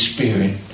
Spirit